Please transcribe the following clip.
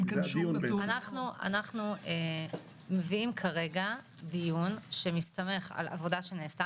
אנחנו מביאים כרגע דיון שמסתמך על עבודה שנעשתה.